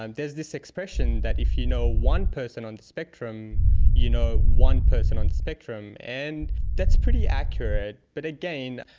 um there is this expression that if you know one person on the spectrum you know one person on the spectrum, and that's pretty accurate. but again,